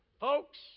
Folks